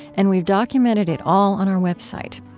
and we've documented it all on our website.